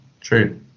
true